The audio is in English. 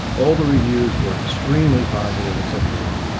all the reviews were extremely positive except for one.